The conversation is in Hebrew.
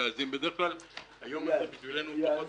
בדרך כלל היום הזה בשבילנו הוא כמו